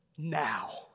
Now